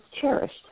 cherished